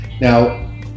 Now